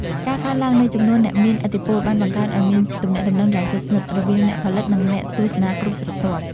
ការកើនឡើងនៃចំនួនអ្នកមានឥទ្ធិពលបានបង្កើតឱ្យមានទំនាក់ទំនងយ៉ាងជិតស្និទ្ធរវាងអ្នកផលិត និងអ្នកទស្សនាគ្រប់ស្រទាប់។